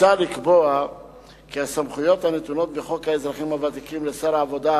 מוצע לקבוע כי הסמכויות הנתונות בחוק האזרחים הוותיקים לשר העבודה,